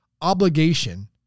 obligation